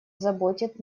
заботит